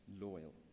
loyal